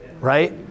right